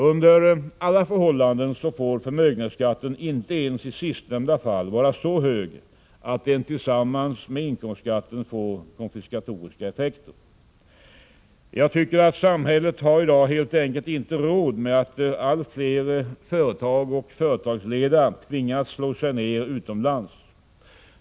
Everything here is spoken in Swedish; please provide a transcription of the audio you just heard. Under alla förhållanden får förmögenhetsskatten inte ens i sistnämnda fall vara så hög att den tillsammans med inkomstskatten får konfiskatoriska effekter. Samhället har helt enkelt inte råd med att allt fler företag och företagsledare tvingas slå sig ner utomlands.